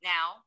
Now